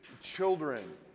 children